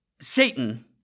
Satan